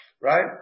Right